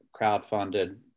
crowdfunded